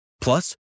Plus